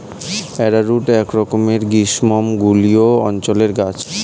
arrowroot একরকমের গ্রীষ্মমণ্ডলীয় অঞ্চলের গাছ